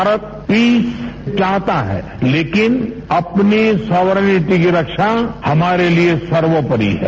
Bharat peace चाहता है लेकिन अपनी सॉवर्निटी की रक्षा हमारे लिए सर्वोपरि है